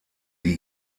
die